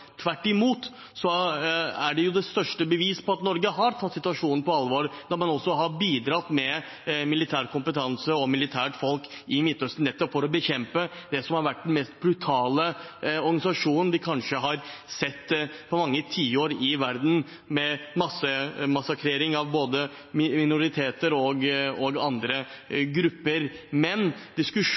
Tvert imot er det største beviset på at Norge har tatt situasjonen på alvor, at man også har bidratt med militær kompetanse og militære folk i Midtøsten, nettopp for å bekjempe det som har vært den kanskje mest brutale organisasjonen vi har sett i verden på mange tiår, med massakrering av både minoriteter og andre grupper. Men